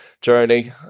journey